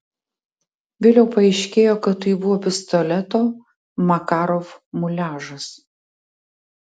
vėliau paaiškėjo kad tai buvo pistoleto makarov muliažas